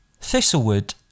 Thistlewood